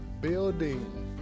building